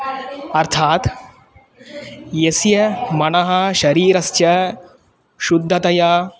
अर्थात् यस्य मनः शरीरस्य शुद्धतया